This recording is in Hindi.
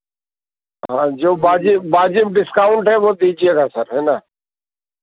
हाँ हाँ जो वाजिब वाजिब डिस्काउंट है वह दीजिएगा सर है ना